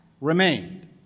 remained